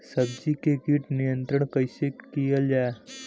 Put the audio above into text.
सब्जियों से कीट नियंत्रण कइसे कियल जा?